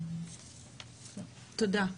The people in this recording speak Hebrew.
תודה.